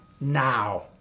now